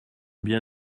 bien